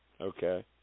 Okay